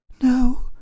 No